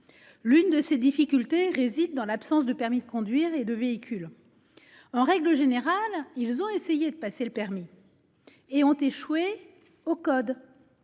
L'une de ces difficultés réside dans l'absence de permis de conduire et de véhicule. La plupart du temps, ils ont essayé de passer le permis, et ont échoué au code